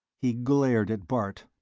he glared at bart.